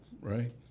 right